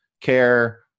care